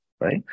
right